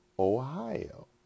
Ohio